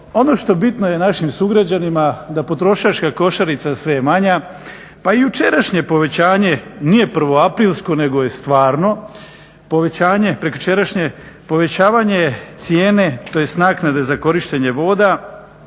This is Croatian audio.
ono što bitno je našim sugrađanima da potrošačka košarica sve je manje. Pa i jučerašnje povećanje nije prvoaprilsko nego je stvarno, povećanje prekjučerašnje, povećavanje cijene tj. naknade za korištenje voda